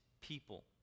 people